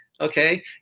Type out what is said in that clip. Okay